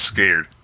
scared